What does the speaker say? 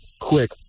quick